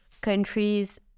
countries